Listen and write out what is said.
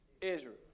Israel